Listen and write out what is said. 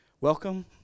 Welcome